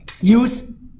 use